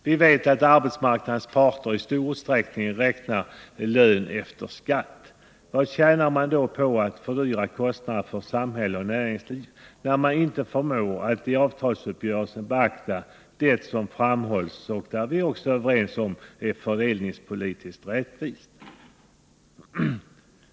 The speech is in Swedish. Vi vet att arbetsmarknadens parter i stor utsträckning räknar lön efter skatt. Vad tjänar man då på att öka kostnaderna för samhälle och näringsliv, när man inte förmår att i en avtalsuppgörelse beakta det som vi är överens om är fördelningspolitiskt rättvist?